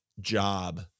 job